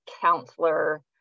counselor